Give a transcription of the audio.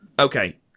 Okay